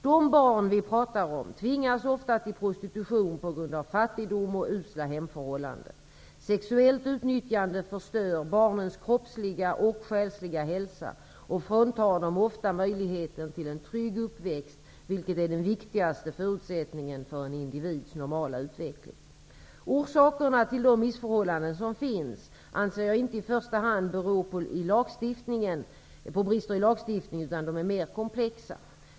De barn vi pratar om tvingas ofta till prostitution på grund av fattigdom och usla hemförhållanden. Sexuellt utnyttjande förstör barnens kroppsliga och själsliga hälsa och fråntar dem ofta möjligheten till en trygg uppväxt, vilket är den viktigaste förutsättningen för en individs normala utveckling. Orsakerna till de missförhållanden som finns anser jag inte i första hand vara brister i lagstiftningen utan de är mera komplexa.